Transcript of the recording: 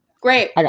Great